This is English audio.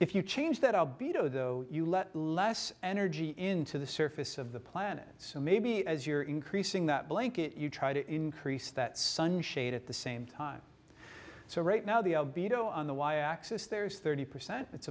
if you change that i'll be too though you let less energy into the surface of the planet so maybe as you're increasing that blanket you try to increase that sun shade at the same time so right now the go on the y axis there is thirty percent